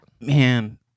Man